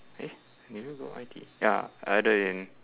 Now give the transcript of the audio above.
eh do they go I_T_E ya either in